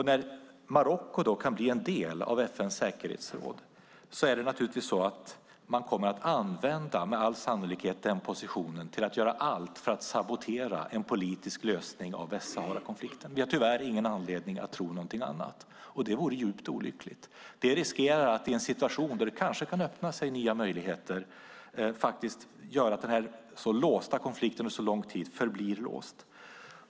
När Marocko kan bli en del av FN:s säkerhetsråd kommer man med all sannolikhet att använda den positionen till att göra allt för att sabotera en politisk lösning av Västsaharakonflikten. Vi har tyvärr ingen anledning att tro något annat. Det vore djupt olyckligt. Det riskerar att i en situation där det kanske kan öppna sig nya möjligheter faktiskt göra att den under så lång tid låsta konflikten förblir låst.